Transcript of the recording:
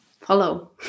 follow